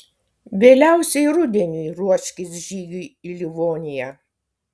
vėliausiai rudeniui ruoškis žygiui į livoniją